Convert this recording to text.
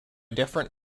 different